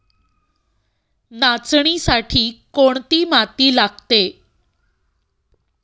नाचणीसाठी कोणती माती लागते?